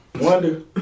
Wonder